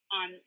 on